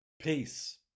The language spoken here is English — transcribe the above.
peace